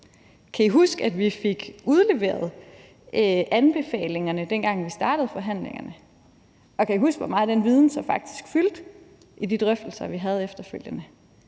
Kan I huske, at vi fik udleveret anbefalingerne, dengang vi startede forhandlingerne? Og kan I huske, hvor meget den viden så faktisk fyldte i de drøftelser, vi havde efterfølgende?